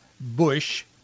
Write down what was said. Bush